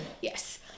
Yes